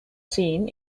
seen